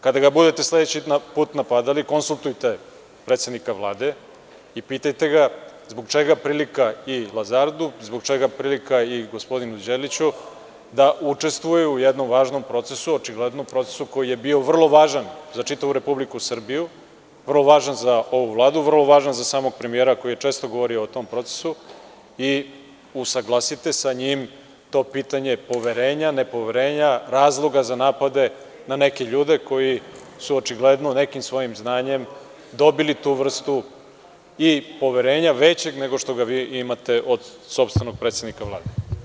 Kada ga budete sledeći put napadali, konsultujte predsednika Vlade i pitajte ga zbog čega prilika i „Lazardu“, zbog čega prilika i gospodinu Đeliću da učestvuju u jednom važnom procesu, očigledno procesu koji je bio vrlo važan za čitavu Republiku Srbiju, vrlo važan za ovu Vladu, vrlo važan za samog premijera koji je često govorio o tom procesu i usaglasite sa njim to pitanje poverenja, nepoverenja, razloga za napade na neke ljude koji su očigledno nekim svojim znanjem dobili tu vrstu i poverenja većeg, nego što ga vi imate od sopstvenog predsednika Vlade.